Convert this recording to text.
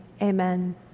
amen